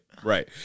Right